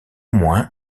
moins